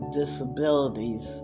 disabilities